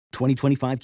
2025